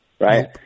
Right